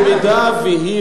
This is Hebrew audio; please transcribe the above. ודאי.